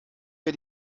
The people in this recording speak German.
mir